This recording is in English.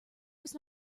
was